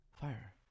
fire